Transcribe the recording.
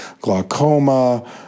glaucoma